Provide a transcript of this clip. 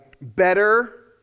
better